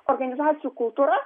organizacijų kultūra